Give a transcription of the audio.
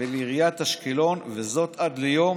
ולעיריית אשקלון, זאת עד ליום